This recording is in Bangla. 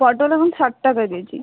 পটল এখন ষাট টাকা কেজি